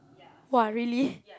!wah! really